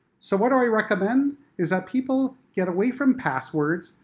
so what do i recommend is that people get away from passwords,